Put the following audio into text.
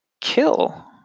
kill